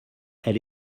elle